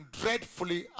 dreadfully